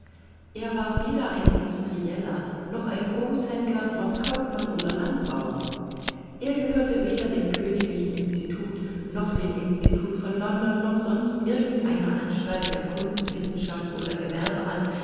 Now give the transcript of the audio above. er war weder ein industrieller noch ein großhändler noch kaufmann oder landbauer er gehörte weder dem königlichen institut noch dem institut von london noch sonst irgend einer anstalt der kunst wissenschaft oder gewerbe an